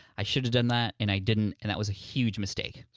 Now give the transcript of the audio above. i should have done that and i didn't and that was a huge mistake.